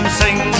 sing